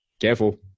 careful